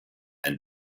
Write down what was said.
and